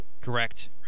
Correct